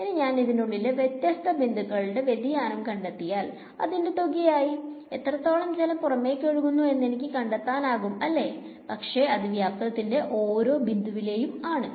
ഇനി ഞാൻ ഇതിനുള്ളിലെ വ്യത്യസ്ത ബിന്ദുക്കളിലെ വ്യതിയാനം കണ്ടെത്തിയാൽ അതിന്റെ തുകായായി എത്രത്തോളം ജലം പുറമേക്കൊഴുകുന്നു എന്നെനിക്ക് കണ്ടെത്താനാവും അല്ലേ പക്ഷെ അത് വ്യാപ്തത്തിന്റെ ഓരോ ബിന്ദുവിലെയും ആണ്